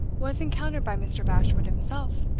was encountered by mr. bashwood himself,